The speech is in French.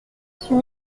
suis